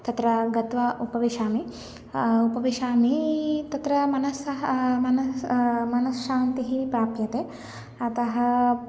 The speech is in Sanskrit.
तत्र गत्वा उपविशामि उपविशामि तत्र मनसः मनस् मनश्शान्तिः प्राप्यते अतः